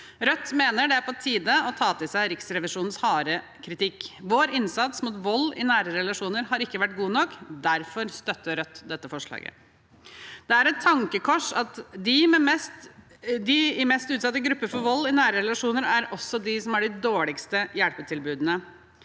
Rødt mener det er på tide å ta til seg Riksrevisjonens harde kritikk. Vår innsats mot vold i nære relasjoner har ikke vært god nok. Derfor støtter Rødt dette forslaget. Det er et tankekors at de i de mest utsatte gruppene for vold i nære relasjoner, også er de som har de dårligste hjelpetilbudene.